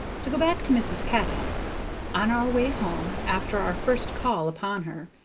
to go back to mrs. patton on our way home, after our first call upon her,